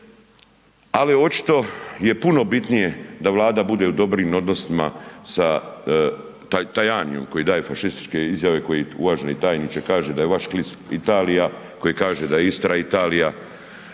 ali očito je puno bitnije da Vlada bude u dobrim odnosima sa Tajanijem koji daje fašističke izjave koji uvaženi tajniče kaže da je vaš Klis Italija, koji kaže da je Istra Italija,